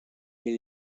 est